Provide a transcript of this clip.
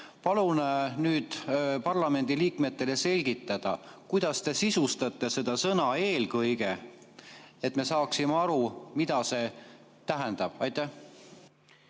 Palun nüüd parlamendiliikmetele selgitada, kuidas te sisustate seda sõna "eelkõige", et me saaksime aru, mida see tähendab. Aitäh!